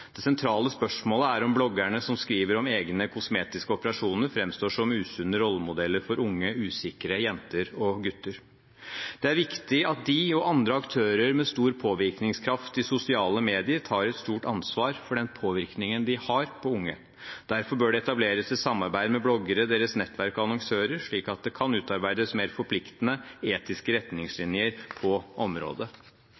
Det sentrale spørsmålet er om bloggerne som skriver om egne kosmetiske operasjoner, framstår som usunne rollemodeller for unge, usikre jenter og gutter. Det er viktig at de og andre aktører med stor påvirkningskraft i sosiale medier tar et stort ansvar for den påvirkningen de har på unge. Derfor bør det etableres et samarbeid med bloggere, deres nettverk og annonsører, slik at det kan utarbeides mer forpliktende etiske